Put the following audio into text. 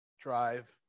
drive